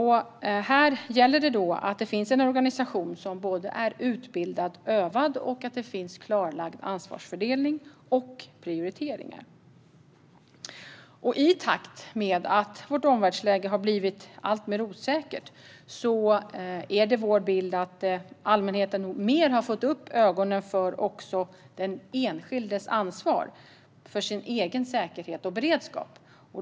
Här gäller det att det finns en organisation som är både utbildad och övad och att det finns en klarlagd ansvarsfördelning och prioriteringar. I takt med att vårt omvärldsläge har blivit alltmer osäkert är det vår bild att allmänheten mer och mer får upp ögonen för den enskildes ansvar för sin egen säkerhet och beredskap.